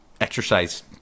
exercise